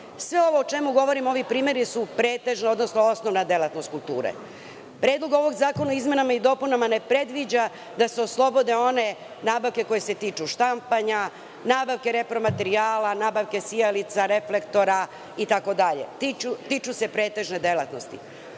ovo o čemu govorim, ovi primeri su pretežno, odnosno osnovna delatnost kulture. Predlog ovog zakona o izmenama i dopunama ne predviđa da se oslobode one nabavke koje se tiču štampanja, nabavke repromaterijala, nabavke sijalica, reflektora itd. Tiču se pretežne delatnosti. Nekoliko